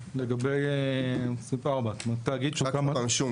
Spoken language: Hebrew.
לגבי סעיף 4. רק עוד פעם, שוב,